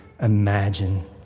imagine